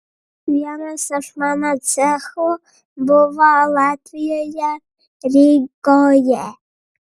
vienas iš mano cechų buvo latvijoje rygoje